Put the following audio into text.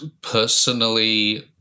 personally